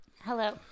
hello